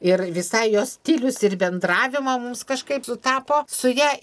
ir visai jos stilius ir bendravimo mums kažkaip sutapo su ja